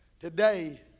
today